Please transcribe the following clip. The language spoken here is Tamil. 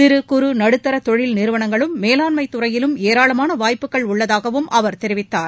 சிறு குறு நடுத்தர தொழில் நிறுவனங்களிலும் வேளாண்மைத் துறையிலும் ஏராளமான வாய்ப்புகள் உள்ளதாகவும் அவர் தெரிவித்தார்